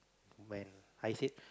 when I said